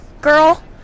girl